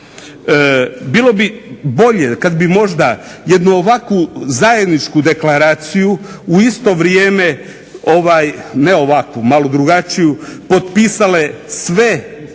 Bilo bi bolje kad bi možda jednu ovakvu zajedničku deklaraciju u isto vrijeme ne ovakvu, malo drugačiju potpisale svi parlamenti